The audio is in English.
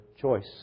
choice